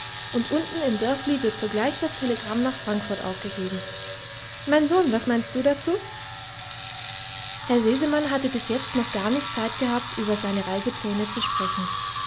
und unten im dörfli wird sogleich das telegramm nach frankfurt aufgegeben mein sohn was meinst du dazu herr sesemann hatte bis jetzt noch gar nicht zeit gehabt über seine reisepläne zu sprechen